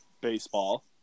baseball